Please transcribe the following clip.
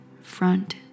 front